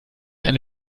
eine